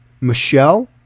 Michelle